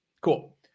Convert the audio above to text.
Cool